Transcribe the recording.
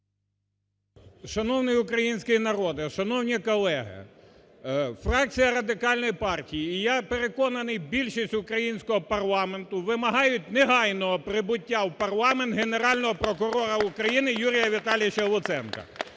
Шановний український народе! Шановні колеги! Фракція Радикальної партії і я переконаний, більшість українського парламенту вимагають негайного прибуття в парламент Генерального прокурора України Юрія Віталійовича Луценка